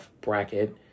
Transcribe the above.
bracket